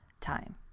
time